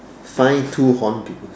find two horn bills